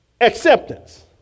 acceptance